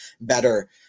better